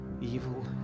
Evil